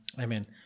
Amen